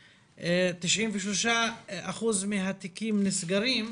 93% מהתיקים נסגרים.